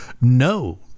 No